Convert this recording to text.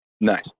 Nice